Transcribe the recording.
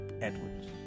Edwards